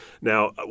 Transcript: Now